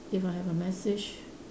if I have a message